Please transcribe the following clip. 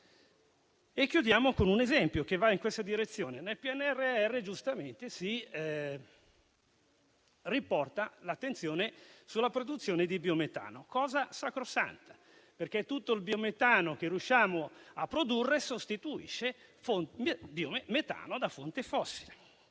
faccio un esempio che va in questa direzione. Nel PNRR, giustamente, si riporta l'attenzione sulla produzione di biometano, cosa sacrosanta, perché tutto il biometano che riusciamo a produrre sostituisce il metano da fonti fossili.